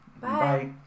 Bye